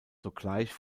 sogleich